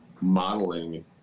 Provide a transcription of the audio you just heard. modeling